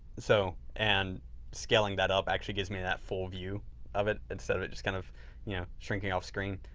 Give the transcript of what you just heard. so and scaling that up actually gives me that full view of it instead of it just kind of yeah shrinking off screen.